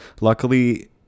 luckily